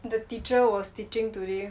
the teacher was teaching today